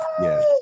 Yes